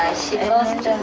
she asked